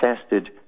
tested